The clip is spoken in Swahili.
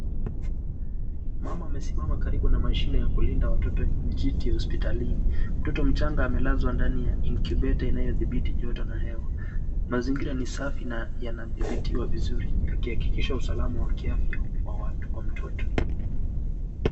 Mama amesimama karibu na mashine ya kulinda watoto njiti, mtoto mdogo amelazwa katika incubator inayodhibiti joto na hewa, mazingira ni safi na yanadhibitiwa vizuri yakihakikisha usalama wa afya ya mtoto.